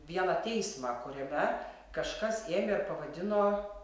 vieną teismą kuriame kažkas ėmė ir pavadino